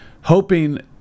hoping